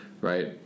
right